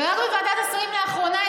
ורק בוועדת שרים לאחרונה,